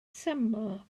syml